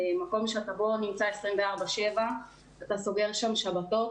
זה מקום שאתה בו נמצא 24/7. אתה סוגר שם שבתות.